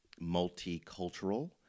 multicultural